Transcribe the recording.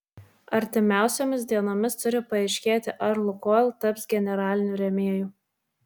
artimiausiomis dienomis turi paaiškėti ar lukoil taps generaliniu rėmėju